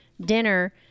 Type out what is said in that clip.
dinner